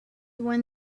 when